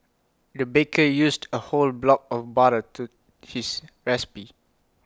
the baker used A whole block of butter to his recipe